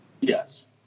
Yes